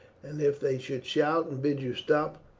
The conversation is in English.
and if they should shout and bid you stop,